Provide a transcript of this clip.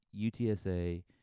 UTSA